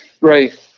Right